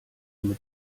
mit